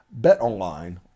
BetOnline